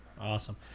Awesome